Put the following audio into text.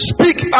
Speak